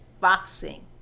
boxing